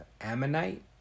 Ammonite